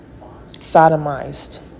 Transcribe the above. sodomized